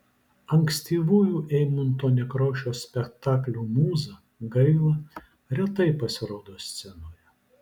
ankstyvųjų eimunto nekrošiaus spektaklių mūza gaila retai pasirodo scenoje